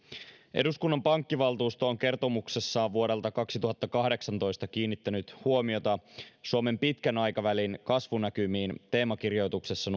eduskunnan pankkivaltuusto on kertomuksessaan vuodelta kaksituhattakahdeksantoista kiinnittänyt huomiota suomen pitkän aikavälin kasvunäkymiin teemakirjoituksessa